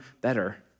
better